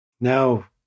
now